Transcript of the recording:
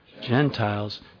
Gentiles